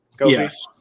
Yes